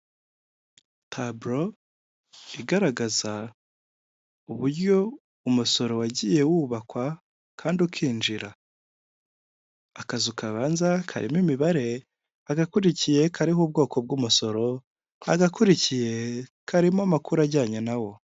Taburo igaragaza uburyo umusoro wagiye wubakwa kandi ukinjira, akazu kabanza karimo imibare agakurikiye kariho ubwoko bw'umusoro, agakurikiye karimo amakuru ajyanye nawo.